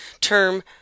term